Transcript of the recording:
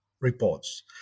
reports